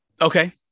Okay